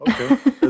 okay